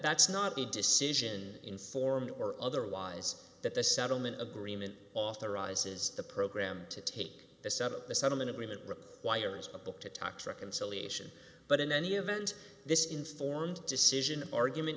that's not the decision informed or otherwise that the settlement agreement authorizes the program to take the set up the settlement agreement requires a book to touch reconciliation but in any event this informed decision argument